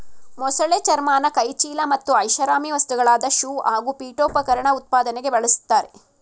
ಮೊಸಳೆ ಚರ್ಮನ ಕೈಚೀಲ ಮತ್ತು ಐಷಾರಾಮಿ ವಸ್ತುಗಳಾದ ಶೂ ಹಾಗೂ ಪೀಠೋಪಕರಣ ಉತ್ಪಾದನೆಗೆ ಬಳುಸ್ತರೆ